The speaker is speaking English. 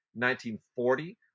1940